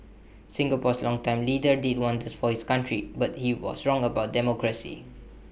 Singapore's longtime leader did wonders for his country but he was wrong about democracy